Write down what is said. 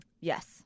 yes